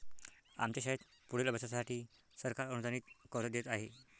आमच्या शाळेत पुढील अभ्यासासाठी सरकार अनुदानित कर्ज देत आहे